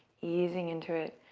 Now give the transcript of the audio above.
easing into it,